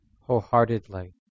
wholeheartedly